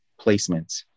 placements